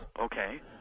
Okay